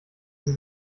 sie